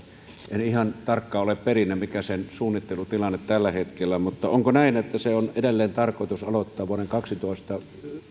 en ihan tarkkaan ole perillä mikä sen suunnittelun tilanne tällä hetkellä on mutta onko näin että se on edelleen tarkoitus aloittaa vuoden